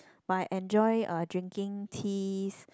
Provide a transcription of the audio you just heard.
but I enjoy uh drinking teas